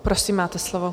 Prosím, máte slovo.